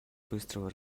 быстрого